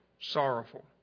sorrowful